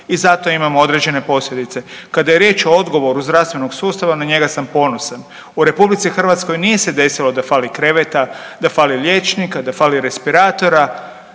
i zato imamo određene posljedice. Kada je riječ o odgovoru zdravstvenog sustava na njega sam ponosan, u RH nije se desilo da fali kreveta, da fali liječnika, da fali respiratora.